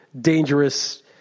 dangerous